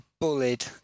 bullied